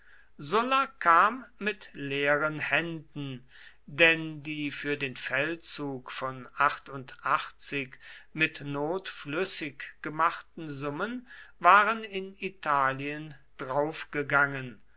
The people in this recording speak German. sulla kam mit leeren händen denn die für den feldzug von mit not flüssig gemachten summen waren in italien draufgegangen